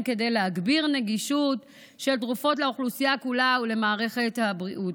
כדי להגביר נגישות של תרופות לאוכלוסייה כולה ולמערכת הבריאות.